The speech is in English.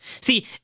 See